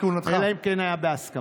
אלא אם כן היה בהסכמה.